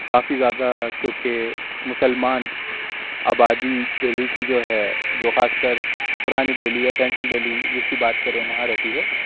کافی زیادہ کیونکہ مسلمان آبادی دہلی کی جو ہے جو خاص کر پرانی دہلی یا سینٹرل دہلی جس کی بات کریں وہاں رہتی ہے